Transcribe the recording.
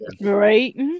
Right